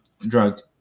drugs